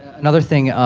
another thing,